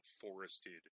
forested